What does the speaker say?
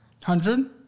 hundred